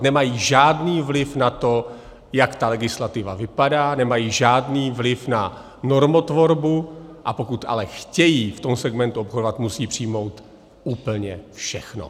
Nemají žádný vliv na to, jak ta legislativa vypadá, nemají žádný vliv na normotvorbu, a pokud ale chtějí v tom segmentu obchodovat, musí přijmout úplně všechno.